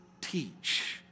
Teach